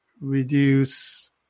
reduce